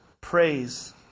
praise